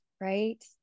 right